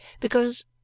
because